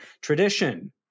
tradition